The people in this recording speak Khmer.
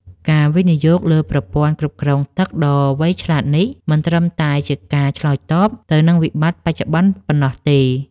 ការវិនិយោគលើប្រព័ន្ធគ្រប់គ្រងទឹកដ៏វៃឆ្លាតនេះ មិនត្រឹមតែជាការឆ្លើយតបទៅនឹងវិបត្តិបច្ចុប្បន្នប៉ុណ្ណោះទេ។